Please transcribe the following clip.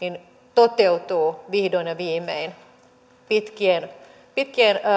toteutuu vihdoin ja viimein voi sanoa pitkien